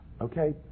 okay